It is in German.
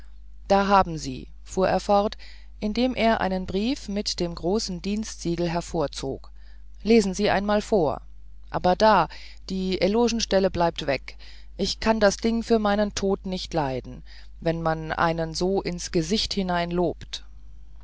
da haben sie fuhr er fort indem er einen brief mit dem großen dienstsiegel hervorzog lesen sie einmal vor aber da die elogenstelle bleibt weg ich kann das ding für meinen tod nicht leiden wenn man einen so ins gesicht hinein lobt